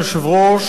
אדוני היושב-ראש,